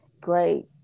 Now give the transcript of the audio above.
Great